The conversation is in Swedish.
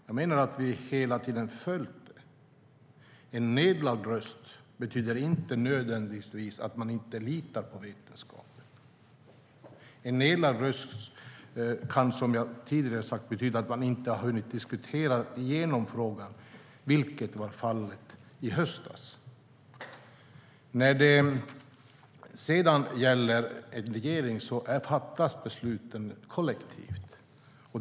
Jag menar att vi hela tiden följer dem. En nedlagd röst betyder inte nödvändigtvis att man inte litar på vetenskapen. Som jag tidigare har sagt kan en nedlagd röst betyda att man inte har hunnit att diskutera igenom frågan, vilket var fallet i höstas. I regeringen fattas besluten kollektivt.